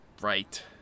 Right